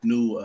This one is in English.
New